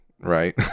right